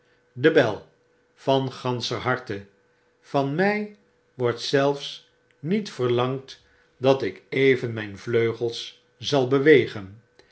van ganscher harte van mi wordt zelfs niet verlangd dat ik even mp vleugels zal